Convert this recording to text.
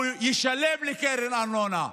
הוא ישלם לקרן הארנונה,